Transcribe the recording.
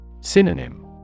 Synonym